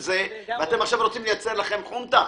ועכשיו אתם גם רוצים לייצר לכם חונטה?